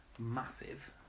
massive